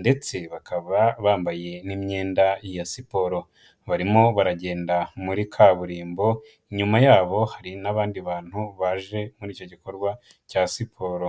ndetse bakaba bambaye n'imyenda ya siporo, barimo baragenda muri kaburimbo, inyuma yabo hari n'abandi bantu baje muri icyo gikorwa cya siporo.